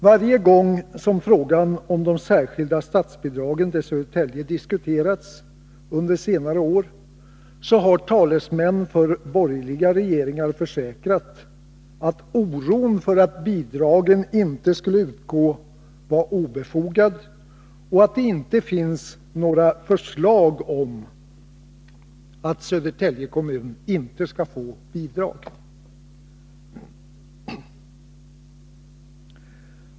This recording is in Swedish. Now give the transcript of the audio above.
Varje gång som frågan om de särskilda statsbidragen till Södertälje diskuterats under senare år har talesmän för borgerliga regeringar försäkrat, att oron för att bidragen inte skulle anslås var obefogad och att det inte finns några förslag om att Södertälje kommun inte skall få bidrag.